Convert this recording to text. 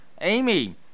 Amy